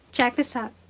check this out.